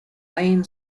iain